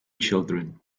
children